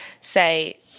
say